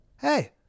hey